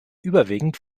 überwiegend